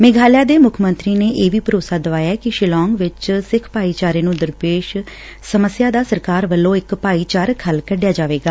ਮੇਘਾਲਿਆ ਦੇ ਮੁੱਖ ਮੰਤਰੀ ਨੇ ਇਹ ਵੀ ਭਰੋਸਾ ਦਿਵਾਇਆ ਕਿ ਸ਼ਿਲੌਂਗ ਵਿਚ ਸਿੱਖ ਭਾਈਚਾਰੇ ਨੂੰ ਦਰਪੇਸ਼ ਸਮਸਿਆ ਦਾ ਸਰਕਾਰ ਵੱਲੋਂ ਇਕ ਭਾਈਚਾਰਕ ਹੱਲ ਕੱਢਿਆ ਜਾਵੇਗਾ